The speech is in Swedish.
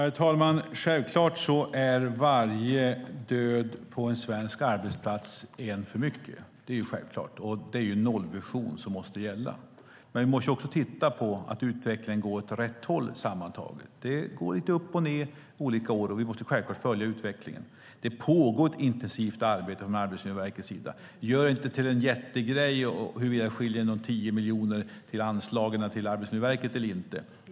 Herr talman! Självklart är varje dödsolycka på en svensk arbetsplats en för mycket. Det är nollvision som måste gälla, men vi måste se att utvecklingen går åt rätt håll sammantaget. Det går lite upp och ned olika år, och vi måste självklart följa utvecklingen. Det pågår ett intensivt arbete från Arbetsmiljöverkets sida. Gör inte till en jättegrej huruvida det skiljer 10 miljoner i anslag till Arbetsmiljöverket eller inte.